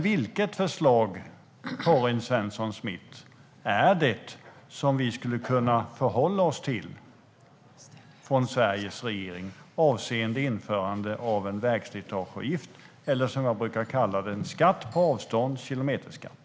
Vilket förslag från Sveriges regering, Karin Svensson Smith, är det vi skulle kunna förhålla oss till avseende införande av en vägslitageavgift eller, som jag brukar kalla det, en skatt på avstånd - en kilometerskatt?